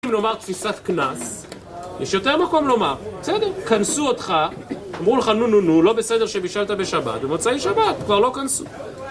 אם נאמר תפיסת קנס, יש יותר מקום לומר, בסדר, קנסו אותך, אמרו לך נו נו נו, לא בסדר שבישלת בשבת, ומוצאי שבת, כבר לא קנסו